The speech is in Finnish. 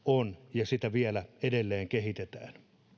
ja sitä vielä edelleen kehitetään on hyvä että